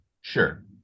Sure